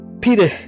Peter